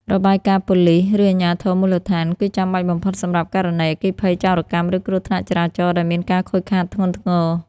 របាយការណ៍ប៉ូលីស ឬអាជ្ញាធរមូលដ្ឋាន គឺចាំបាច់បំផុតសម្រាប់ករណីអគ្គិភ័យ ចោរកម្ម ឬគ្រោះថ្នាក់ចរាចរណ៍ដែលមានការខូចខាតធ្ងន់ធ្ងរ។